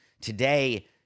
Today